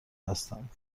هستند